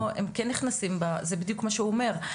הם כן נכנסים, זה בדיוק מה שהוא אומר.